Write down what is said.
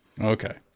Okay